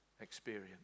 experience